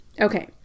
Okay